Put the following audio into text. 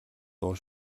дуу